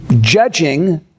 judging